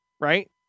right